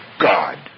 God